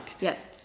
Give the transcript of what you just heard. Yes